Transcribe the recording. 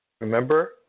Remember